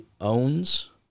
owns